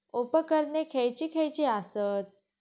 उपकरणे खैयची खैयची आसत?